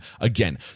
again